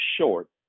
short